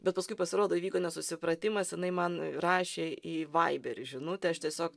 bet paskui pasirodo įvyko nesusipratimas jinai man rašė į vaiberį žinutę aš tiesiog